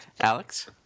Alex